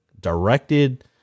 directed